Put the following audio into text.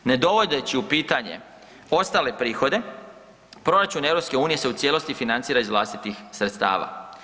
Ne dovodeći u pitanje ostale prihode, proračun EU se u cijelosti financira iz vlastitih sredstava.